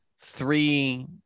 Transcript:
three